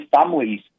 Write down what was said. families